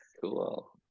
Cool